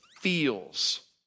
feels